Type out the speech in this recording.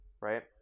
right